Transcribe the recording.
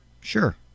Sure